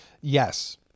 Yes